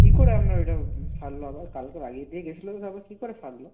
কী করে আপনার ওইটা ফাটল আবার কালকে লাগিয়ে দিয়ে গেছিল আবার কী করে ফাটল